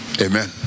Amen